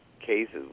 cases